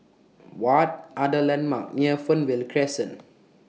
What Are The landmarks near Fernvale Crescent